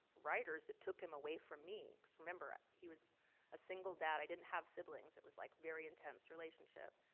writers that took him away from me. remember, he was a single dad. i didn't have siblings. it was like very intense relationship.